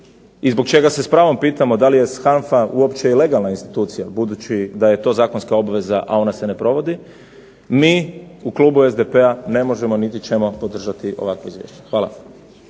i zbog čega se s pravom pitamo da li je HANFA uopće legalna institucija. Budući da je to zakonska obveza, a ona se ne provodi, mi u klubu SDP-a ne možemo niti ćemo podržati ovakvo izvješće. Hvala.